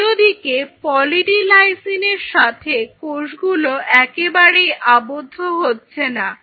অন্যদিকে poly D লাইসিনের সাথে কোষগুলো একেবারেই আবদ্ধ হচ্ছে না